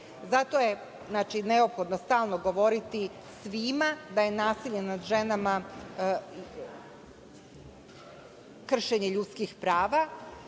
Zato je neophodno stalno govoriti svima da je nasilje nad ženama kršenje ljudskih prava